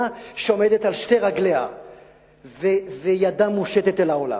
שעומדת על שתי רגליה וידה מושטת אל העולם.